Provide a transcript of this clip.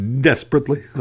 desperately